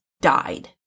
died